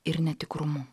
ir netikrumu